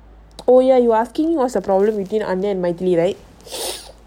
oh ya you asking what's the problem between and right